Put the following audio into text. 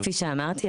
כפי שאמרתי,